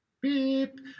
Beep